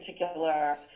particular